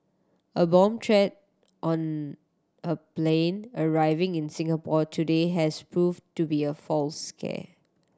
a bomb threat on a plane arriving in Singapore today has prove to be a false scare